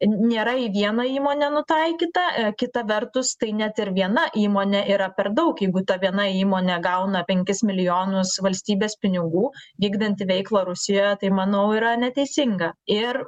nėra į vieną įmonę nutaikyta kita vertus tai net ir viena įmonė yra per daug jeigu ta viena įmonė gauna penkis milijonus valstybės pinigų vykdanti veiklą rusijoje tai manau yra neteisinga ir